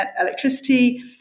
electricity